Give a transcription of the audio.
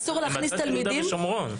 הם בצד של יהודה ושומרון.